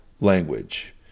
language